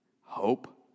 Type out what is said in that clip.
hope